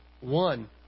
one